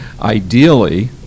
Ideally